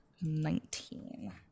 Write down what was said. nineteen